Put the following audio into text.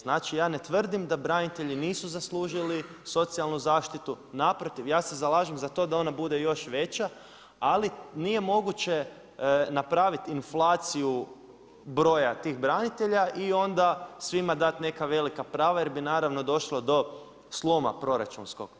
Znači ja ne tvrdim da branitelji nisu zaslužili socijalnu zaštitu, naprotiv, ja se zalažem za to da ona bude još veća, ali nije moguće napraviti inflaciju broja tih branitelja i onda svima dati neka velika prava jer bi naravno došlo do sloma proračunskog.